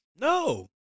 No